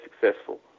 successful